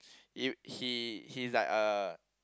if he he is like a